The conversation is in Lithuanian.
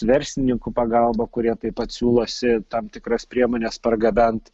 verslininkų pagalba kurie taip pat siūlosi tam tikras priemones pargabent